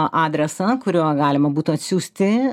adresą kuriuo galima būtų atsiųsti